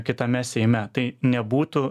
kitame seime tai nebūtų